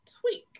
tweak